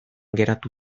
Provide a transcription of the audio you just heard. geratu